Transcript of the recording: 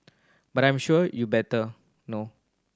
but I'm sure you better know